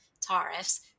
tariffs